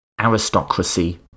aristocracy